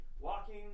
walking